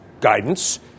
guidance